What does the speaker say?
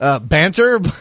Banter